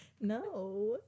No